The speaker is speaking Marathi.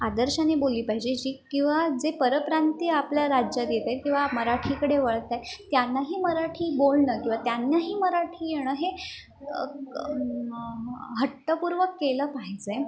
आदर्शाने बोलली पाहिजे जी किवा जे परप्रांतीय आपल्या राज्यात येत आहेत किवा मराठीकडे वळत आहेत त्यांनाही मराठी बोलणं किवा त्यांनाही मराठी येणं हे हट्टपूर्वक केलं पाहिजे